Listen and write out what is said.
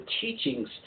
teachings